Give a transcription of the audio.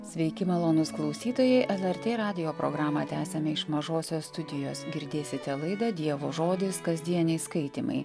sveiki malonūs klausytojai lrt radijo programą tęsiame iš mažosios studijos girdėsite laidą dievo žodis kasdieniai skaitymai